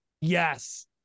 Yes